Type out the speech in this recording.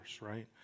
right